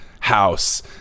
House